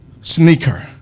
sneaker